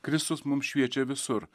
kristus mum šviečia visur